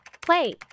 play